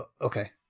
okay